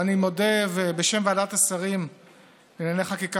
בשם ועדת השרים לענייני חקיקה,